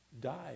died